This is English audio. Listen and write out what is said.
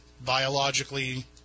biologically